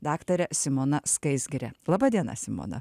daktare simona skaisgire laba diena simona